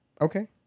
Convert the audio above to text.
Okay